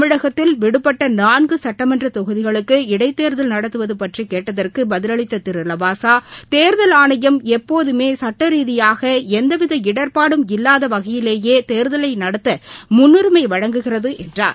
தமிழகத்தில் விடுபட்டநான்குசட்டமன்றதொகுதிகளுக்கு இடைத்தேர்தல் நடத்துவதுபற்றிகேட்டதற்குபதிலளித்ததிருலவாசா தேர்தல் ஆணையம் எப்போதமேசுட்ட ரீதியாகஎந்தவித இடர்பாடும் இல்லாதவகையிலேயேதே தலைநடத்தமுன்னுரிமைவழங்குகிறதுஎன்றார்